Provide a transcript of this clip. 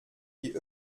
die